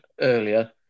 earlier